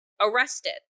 arrested